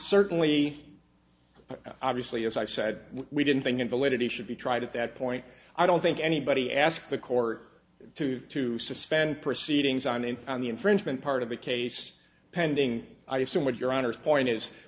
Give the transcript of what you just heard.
certainly obviously as i said we didn't think invalidity should be tried at that point i don't think anybody asked the court to to suspend proceedings on the on the infringement part of the case pending i assume with your honor's point is